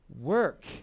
work